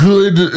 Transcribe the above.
Good